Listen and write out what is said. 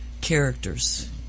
characters